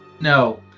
No